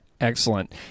Excellent